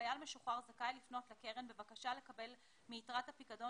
חייל משוחרר זכאי לפנות לקרן בבקשה לקבל מיתרת הפיקדון